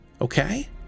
okay